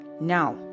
Now